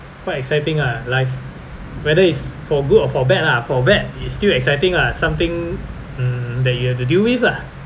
quite exciting ah life whether is for good or for bad lah for bad is still exciting ah something mm that you have to deal with ah